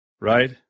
Right